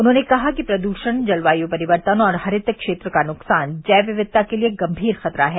उन्होंने कहा कि प्रद्षण जलवायु परिवर्तन और हरित क्षेत्र का नुकसान जैव विविधता के लिए गंभीर खतरा है